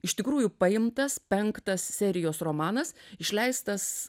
iš tikrųjų paimtas penktas serijos romanas išleistas